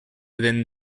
within